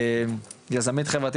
יזמית חברתית,